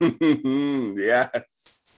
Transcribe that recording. Yes